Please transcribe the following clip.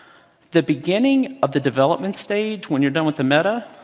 the beginning of the development stage, when you're done with the meta,